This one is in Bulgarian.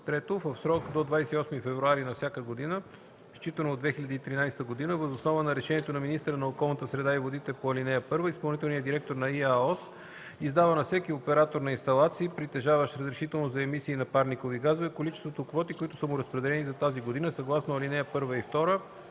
(3) В срок до 28 февруари на всяка година считано от 2013 г. въз основа на решението на министъра на околната среда и водите по ал. 1 изпълнителният директор на ИАОС издава на всеки оператор на инсталации, притежаващ разрешително за емисии на парникови газове, количеството квоти, които са му разпределени за тази година съгласно ал. 1 и 2,